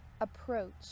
approach